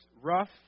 rough